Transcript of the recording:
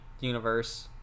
universe